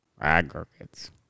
aggregates